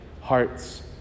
hearts